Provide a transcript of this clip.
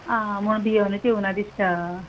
आं म्हणू भियोनूच येवंक ना दिसता